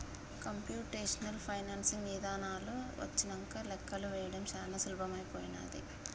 computational financing ఇదానాలు వచ్చినంక లెక్కలు వేయడం చానా సులభమైపోనాది